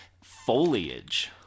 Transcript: Foliage